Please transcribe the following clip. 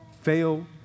fail